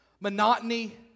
monotony